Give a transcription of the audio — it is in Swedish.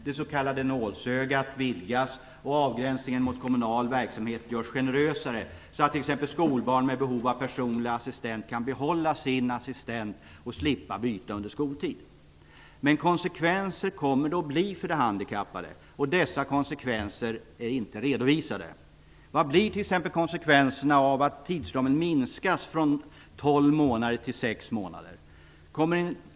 Det s.k. nålsögat vidgas, och avgränsningen mot kommunal verksamhet görs generösare så att t.ex. skolbarn med behov av personlig assistent kan behålla sin assistent och slippa byta under skoltid. Men det kommer att bli konsekvenser för de handikappade. Dessa konsekvenser är inte redovisade. Vilka blir t.ex. konsekvenserna av att tidsramen minskas från tolv till sex månader?